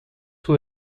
hoe